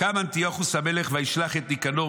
קם אנטיוכוס המלך וישלח את ניקנור